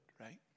right